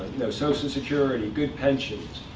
know, social security, good pensions,